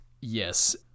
Yes